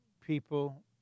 people